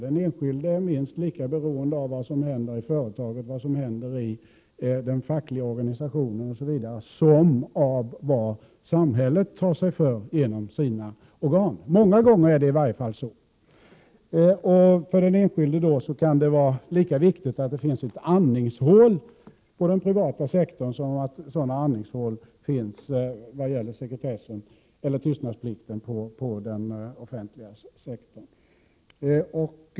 Den enskilde är i dag minst lika beroende av vad som händer i företaget, i den fackliga organisationen osv. som av vad samhället tar sig för genom sina organ. Många gånger är det i varje fall så. Det kan vara lika viktigt för den enskilde att det finns andningshål inom den privata sektorn som att det finns andningshål vad gäller tystnadsplikten inom den offentliga sektorn.